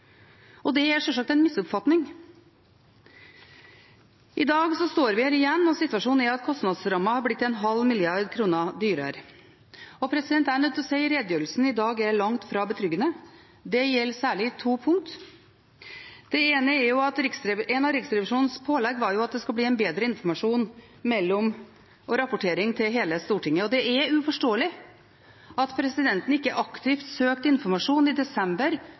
sjølsagt en misoppfatning. I dag står vi her igjen, og situasjonen er at kostnadsrammen har blitt en halv milliard kroner dyrere. Jeg er nødt til å si at redegjørelsen i dag langt fra er betryggende. Det gjelder særlig to punkter. Det ene er at ett av Riksrevisjonens pålegg var at det skal bli bedre informasjon og rapportering til hele Stortinget. Det er uforståelig at presidenten ikke aktivt søkte informasjon i desember